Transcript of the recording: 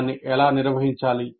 దాన్ని ఎలా నిర్వహించాలి